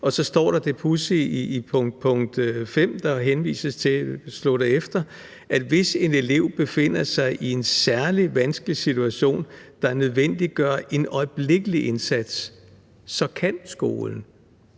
og dér står der så det pudsige i punkt 5, som der henvises til – slå det efter – at hvis en elev befinder sig i en særlig vanskelig situation, der nødvendiggør en øjeblikkelig indsats, kan skolen